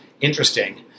interesting